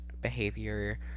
behavior